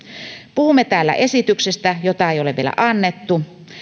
puhumme täällä esityksestä jota ei ole vielä annettu